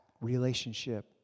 relationship